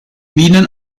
minen